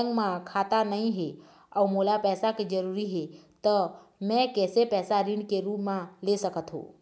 मोर bank म खाता नई हे अउ मोला पैसा के जरूरी हे त मे कैसे पैसा ऋण के रूप म ले सकत हो?